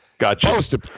Gotcha